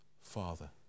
Father